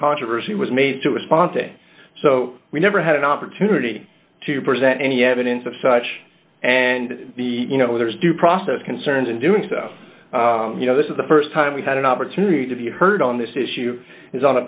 controversy was made to respond to it so we never had an opportunity to present any evidence of such and you know there is due process concerns in doing so you know this is the st time we've had an opportunity to be heard on this issue is on a